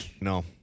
No